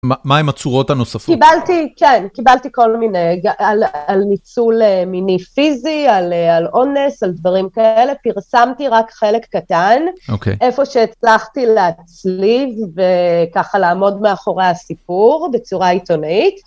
מה עם הצורות הנוספות? קיבלתי, כן, קיבלתי כל מיני, על ניצול מיני פיזי, על אונס, על דברים כאלה, פרסמתי רק חלק קטן, איפה שהצלחתי להצליב וככה לעמוד מאחורי הסיפור בצורה עיתונאית.